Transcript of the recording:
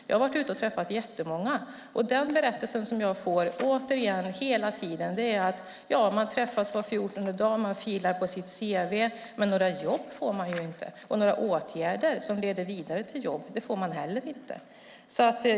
Jag har varit ute och träffat jättemånga, och den berättelse jag hela tiden får höra är att man träffas var fjortonde dag, man filar på sitt cv, men några jobb eller åtgärder som leder vidare till jobb får man inte.